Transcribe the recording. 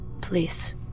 Please